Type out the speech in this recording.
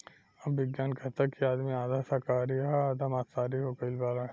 अब विज्ञान कहता कि आदमी आधा शाकाहारी आ आधा माँसाहारी हो गईल बाड़े